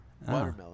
Watermelon